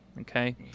okay